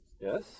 Yes